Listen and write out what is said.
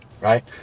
right